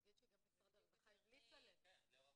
תגיד שגם משרד הרווחה המליץ על כך.